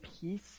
peace